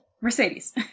Mercedes